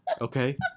okay